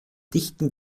dichten